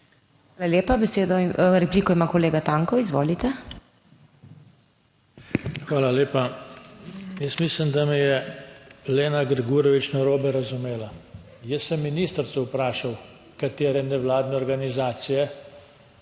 Hvala lepa. Besedo, repliko ima kolega Tanko, izvolite. JOŽE TANKO (PS SDS): Hvala lepa. Jaz mislim, da me je Lena Grgurevič narobe razumela. Jaz sem ministrico vprašal, katere nevladne organizacije